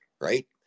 Right